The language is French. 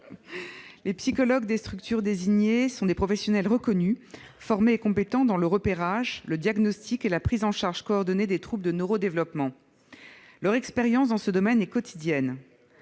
Les psychologues des structures désignées sont des professionnels reconnus, formés et compétents dans le repérage, le diagnostic et la prise en charge coordonnée des troubles du neurodéveloppement. Leur expérience dans ce domaine est quotidienne.